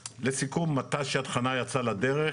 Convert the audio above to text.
לסיכום, מט"ש יד חנה יצא לדרך.